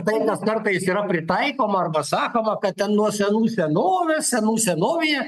tai kas kartais yra pritaikoma arba sakoma kad ten nuo senų senovės senų senovėje